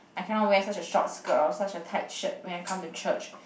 I cannot wear such a short skirt or such a tight shirt when I come to church